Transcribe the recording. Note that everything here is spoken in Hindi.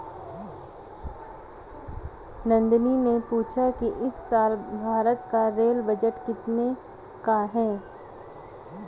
नंदनी ने पूछा कि इस साल भारत का रेल बजट कितने का है?